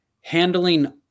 handling